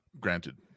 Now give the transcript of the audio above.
Granted